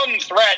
threat